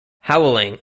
howling